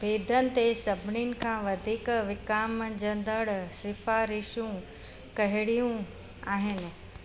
बेदनि ते सभिनीनि खां वधीक विकामजंदड़ु सिफारिशूं कहिड़ियूं आहिनि